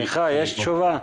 לך יש תשובה?